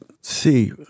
see